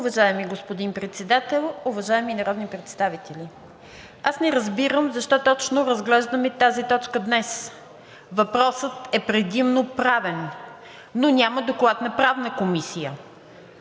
Уважаеми господин Председател, уважаеми народни представители! Аз не разбирам защо точно разглеждаме тази точка днес. Въпросът е предимно правен, но няма доклад на Правната комисия.